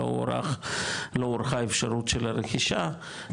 לא הוארכה האפשרות של הרכישה,